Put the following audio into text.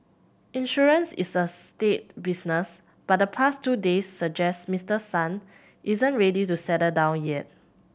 insurance is a staid business but the past two days suggest Mister Son isn't ready to settle down yet